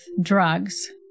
drugs